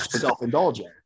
self-indulgent